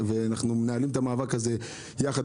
ואנחנו מנהלים את המאבק הזה יחד.